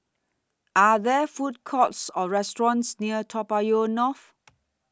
Are There Food Courts Or restaurants near Toa Payoh North